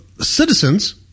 citizens